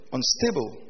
Unstable